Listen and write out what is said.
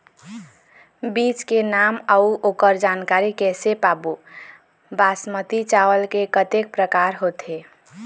बीज के नाम अऊ ओकर जानकारी कैसे पाबो बासमती चावल के कतेक प्रकार होथे?